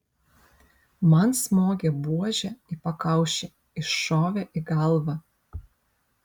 man smogė buože į pakaušį iššovė į galvą